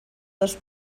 dos